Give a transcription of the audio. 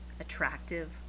Attractive